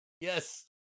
yes